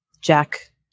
Jack